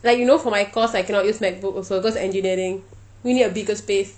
like you know for my course I cannot use macbook also cause engineering we need a bigger space